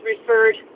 referred